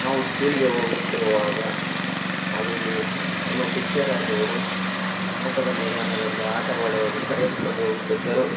ನಾವು ಸ್ಕೂಲಿಗೆ ಹೋಗುತ್ತಿರುವಾಗ ಆಗ ಅಲ್ಲಿ ನಮ್ಮ ಟೀಚರಾದವರು ಆಟದ ಮೈದಾನದಲ್ಲಿ ಆಟವಾಡಲು ಕರೆದುಕೊಂಡು ಹೋಗುತ್ತಿದ್ದರು